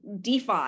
DeFi